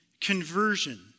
conversion